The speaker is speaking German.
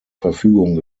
verfügung